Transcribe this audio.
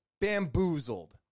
bamboozled